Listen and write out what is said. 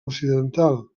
occidental